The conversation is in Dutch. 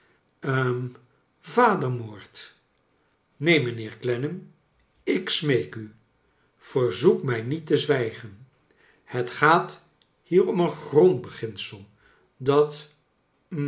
hm vadermoord neen mijnheer clennam ik smeek u verzoek mij niet te zwijgen het gaat hier om een grondbeginsel dat